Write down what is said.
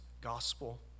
gospel